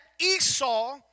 Esau